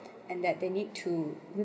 and that they need to